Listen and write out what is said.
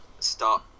start